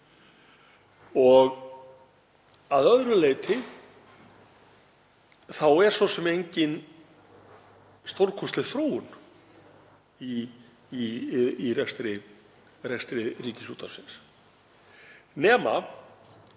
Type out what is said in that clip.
Að öðru leyti er svo sem engin stórkostleg þróun í rekstri Ríkisútvarpsins